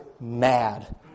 mad